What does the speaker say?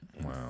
Wow